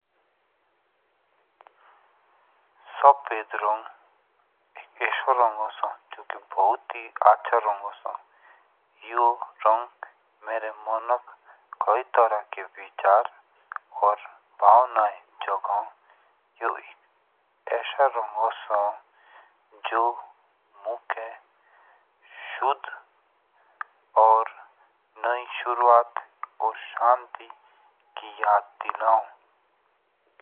सफेद रंग एक एसो रंग ओसो जो की बहुत है अच्छा रंग ओसो यो रंग मेरे मनक कई तरह के विचार और भावना जगो यो ऐसा रंग ओसो जो मुके सुध ओर नए शुरुआत और शांति की याद दिलाओ।